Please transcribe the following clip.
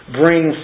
bring